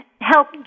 help